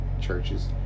churches